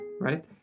right